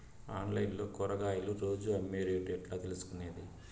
Online లో కూరగాయలు రోజు అమ్మే రేటు ఎట్లా తెలుసుకొనేది?